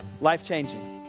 Life-changing